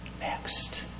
next